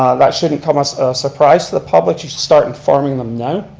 that shouldn't come as a surprise to the public. you should start informing them now.